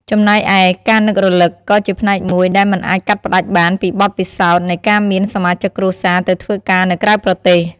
ចំណែកឯ ការនឹករលឹកក៏ជាផ្នែកមួយដែលមិនអាចកាត់ផ្តាច់បានពីបទពិសោធន៍នៃការមានសមាជិកគ្រួសារទៅធ្វើការនៅក្រៅប្រទេស។